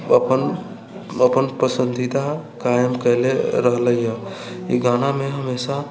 अपन अपन पसन्दीदा गायन कएले रहले हँ ई गानामे हमेशा